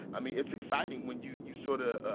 i mean, it's exciting when you you sort ah ah